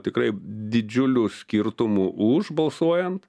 tikrai didžiuliu skirtumu už balsuojant